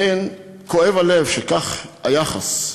כואב הלב שזה היחס.